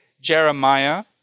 Jeremiah